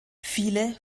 viele